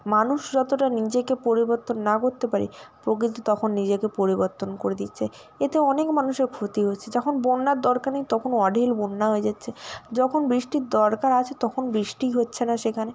মানুষ যতোটা নিজেকে পরিবর্তন না করতে পারে প্রকৃতি তখন নিজেকে পরিবর্তন করে দিচ্ছে এতে অনেক মানুষের ক্ষতি হচ্ছে যখন বন্যার দরকার নেই তখন অঢেল বন্যা হয়ে যাচ্ছে যখন বৃষ্টির দরকার আছে তখন বৃষ্টিই হচ্ছে না সেখানে